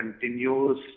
continues